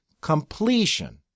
completion